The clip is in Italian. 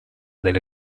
delle